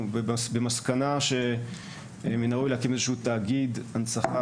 במסקנה שמן הראוי להקים איזשהו תאגיד הנצחה